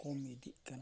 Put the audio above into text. ᱠᱚᱢ ᱤᱫᱤᱜ ᱠᱟᱱᱟ